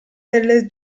del